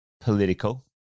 political